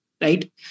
Right